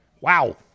wow